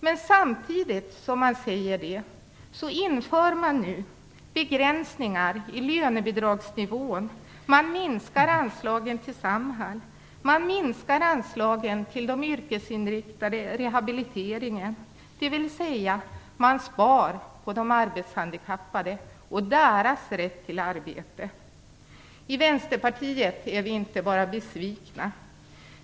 Men samtidigt som man säger det föreslår man nu begränsningar i lönebidragsnivån, man vill minska anslagen till Samhall och man vill minska anslagen till den yrkesinriktade rehabiliteringen, dvs. man föreslår besparingar som går ut över de arbetshandikappade och deras rätt till arbete. I Vänsterpartiet är vi inte bara besvikna.